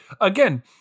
again